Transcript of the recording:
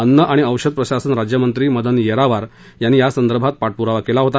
अन्न आणि औषध प्रशासन राज्यमंत्री मदन येरावर यांनी या संदर्भात पाठपरावा केला होता